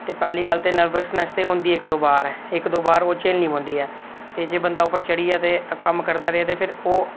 ते पैह्ली गल्ल नर्वसनैस होंदी इक दो बार ऐ इक दो बार ओह् झल्लनी पौंदी ऐ ते जे बंदा उप्पर चढ़ी गेआ ते कम्म करदा रेहा ते फिर ओह्